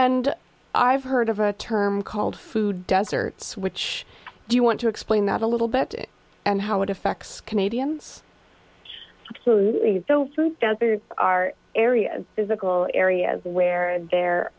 and i've heard of a term called food deserts which do you want to explain that a little bit and how it affects canadians absolutely the food deserts are areas physical areas where there